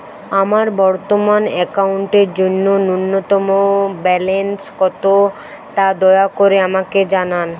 আমার বর্তমান অ্যাকাউন্টের জন্য ন্যূনতম ব্যালেন্স কত তা দয়া করে আমাকে জানান